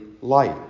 light